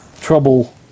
trouble